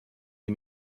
les